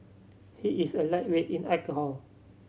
he is a lightweight in alcohol